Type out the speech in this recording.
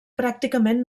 pràcticament